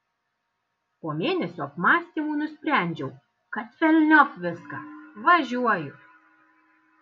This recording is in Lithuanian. po mėnesio apmąstymų nusprendžiau kad velniop viską važiuoju